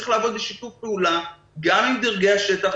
צריך לעבוד בשיתוף פעולה גם עם דרגי השטח.